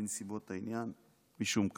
בנסיבות העניין, משום קלון".